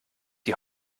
die